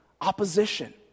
opposition